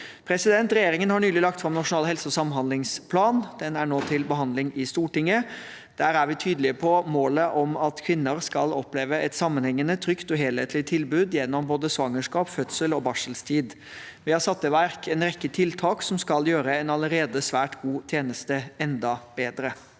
helsetjeneste. Regjeringen har nylig lagt fram Nasjonal helse- og samhandlingsplan. Den er nå til behandling i Stortinget. Der er vi tydelige på målet om at kvinner skal oppleve et sammenhengende, trygt og helhetlig tilbud gjennom både svangerskap, fødsel og barseltid. Vi har satt i verk en rekke tiltak som skal gjøre en allerede svært god tjeneste enda bedre.